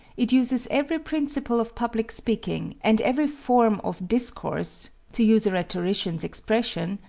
it uses every principle of public speaking, and every form of discourse, to use a rhetorician's expression,